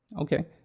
Okay